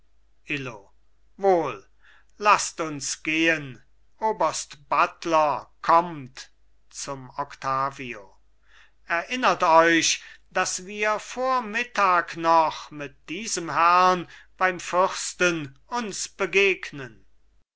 illo wohl laßt uns gehen oberst buttler kommt zum octavio erinnert euch daß wir vor mittag noch mit diesem herrn beim fürsten uns begegnen